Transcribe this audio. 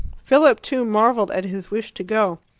philip, too, marvelled at his wish to go.